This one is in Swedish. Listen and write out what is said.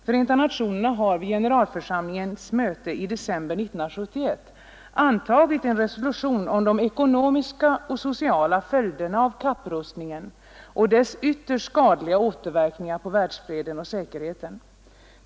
Förenta nationerna antog vid generalförsamlingens möte i december 1971 en resolution om de ekonomiska och sociala följderna av kapprustningen och dess ytterst skadliga återverkningar på världsfreden och säkerheten.